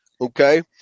Okay